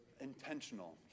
intentional